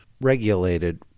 regulated